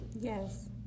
Yes